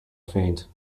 faint